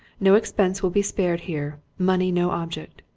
no expense will be spared here money no object.